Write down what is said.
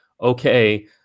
okay